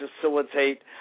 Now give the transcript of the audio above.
facilitate